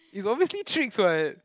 is obviously tricks what